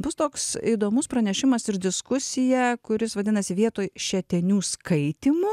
bus toks įdomus pranešimas ir diskusija kuris vadinasi vietoj šetenių skaitymų